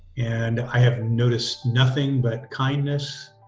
and i have noticed nothing but kindness,